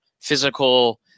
physical